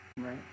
Right